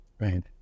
Right